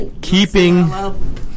keeping